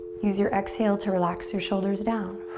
use your exhale to relax your shoulders down.